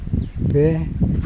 ᱯᱮ